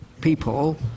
people